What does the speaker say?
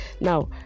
now